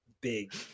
big